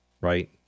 Right